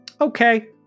Okay